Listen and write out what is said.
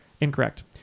Incorrect